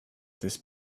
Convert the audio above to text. this